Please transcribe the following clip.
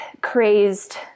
crazed